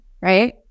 right